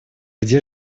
где